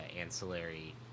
Ancillary